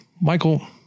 Michael